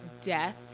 death